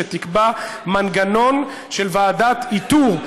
שתקבע מנגנון של ועדת איתור,